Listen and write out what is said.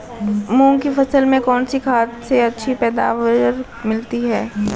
मूंग की फसल में कौनसी खाद से अच्छी पैदावार मिलती है?